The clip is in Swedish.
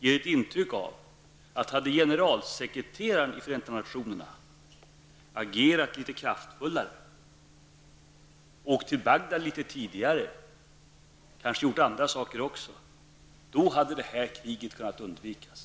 ger ett intryck av att detta krig hade kunnat undvikas om FNs generalsekreterare hade agerat litet kraftfullare, hade åkt till Bagdad litet tidigare och kanske också hade gjort andra saker.